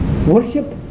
Worship